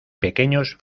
pequeños